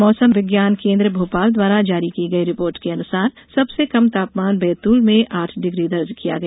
मौसम विज्ञान केन्द्र भोपाल द्वारा जारी की गई रिपोर्ट के अनुसार सबसे कम तापमान बैतूल में आठ डिग्री दर्ज किया गया